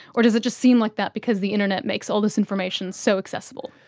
or does it just seem like that because the internet makes all this information so accessible?